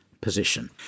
position